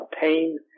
pain